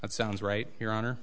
that sounds right your honor